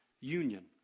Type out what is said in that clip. union